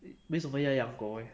为什么要养狗 eh